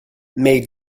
may